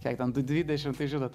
kiek ten du dvidešim tai žinot